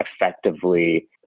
effectively